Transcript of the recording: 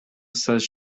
says